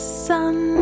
sun